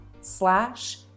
slash